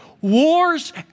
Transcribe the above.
Wars